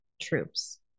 troops